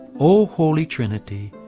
o holy trinity,